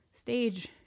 stage